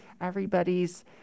Everybody's